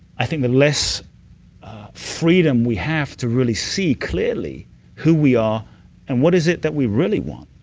i think the less freedom we have to really see clearly who we are and what is it that we really want.